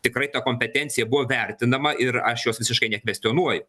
tikrai ta kompetencija buvo vertinama ir aš jos visiškai nekvestionuoju